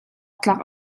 tlak